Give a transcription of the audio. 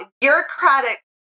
bureaucratic